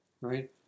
right